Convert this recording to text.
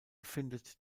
findet